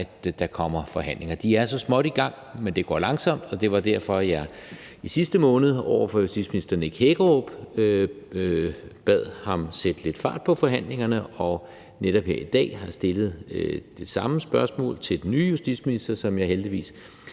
at der kommer forhandlinger. De er så småt i gang, men det går langsomt. Og det var derfor, jeg i sidste måned bad justitsministeren Nick Hækkerup sætte lidt fart på forhandlingerne, og netop her i dag har jeg stillet det samme spørgsmål til den nye justitsminister, hvor jeg heldigvis